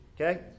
Okay